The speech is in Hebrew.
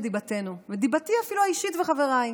דיבתנו ואפילו את דיבתי האישית ושל חבריי,